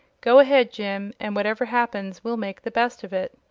go ahead, jim, and whatever happens we'll make the best of it.